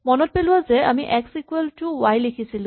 মনত পেলোৱা যে আমি এক্স ইকুৱেল টু ৱাই লিখিছিলো